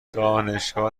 دانشگاه